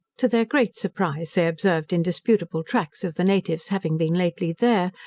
to their great surprize, they observed indisputable tracks of the natives having been lately there,